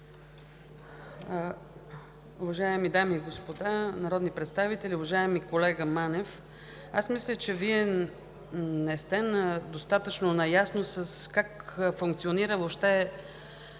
Уважаеми дами и господа народни представители! Уважаеми колега Манев, аз мисля, че Вие не сте достатъчно наясно за реда и